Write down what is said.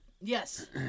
Yes